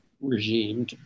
regime